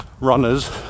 runners